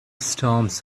storms